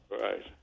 Right